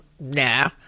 nah